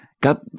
God